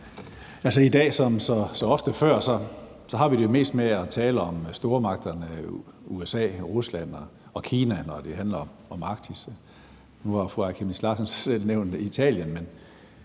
vi jo som så ofte før mest talt om stormagterne USA, Rusland og Kina, når det handler om Arktis. Nu har fru Aaja Chemnitz Larsen selv nævnt Italien,